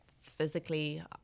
physically